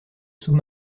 sous